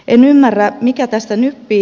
en ymmärrä mikä tässä nyppii